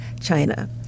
China